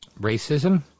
Racism